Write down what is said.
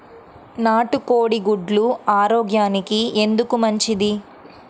నాటు కోడి గుడ్లు ఆరోగ్యానికి ఎందుకు మంచిది?